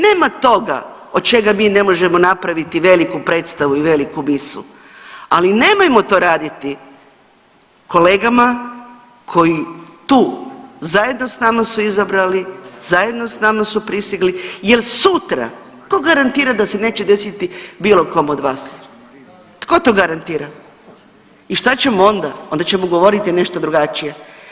Nema toga od čega mi ne možemo napraviti veliku predstavu i veliku misu, ali nemojmo to raditi kolegama koji tu zajedno s nama su izabrali, zajedno s nama su prisegli jer sutra ko garantira da se neće desiti bilo kom od vas, tko to garantira i šta ćemo onda, onda ćemo govoriti nešto drugačije.